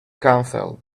cancelled